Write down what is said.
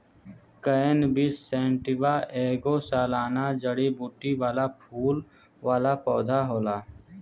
cannabis sativa ऐगो सालाना जड़ीबूटी वाला फूल वाला पौधा होला